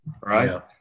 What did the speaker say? right